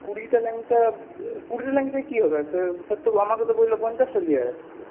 কুড়িটা ল্যাংচা কুড়িটা ল্যাংচায় কী হবে স্যার তো আমাকে তো বলল পঞ্চাশটা নিয়ে আসতে